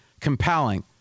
compelling